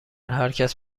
هرکس